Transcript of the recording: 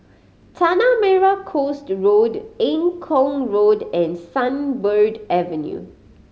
Tanah Merah Coast Road Eng Kong Road and Sunbird Avenue